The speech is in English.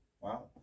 wow